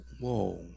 whoa